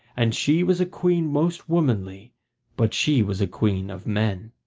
and she was a queen most womanly but she was a queen of men.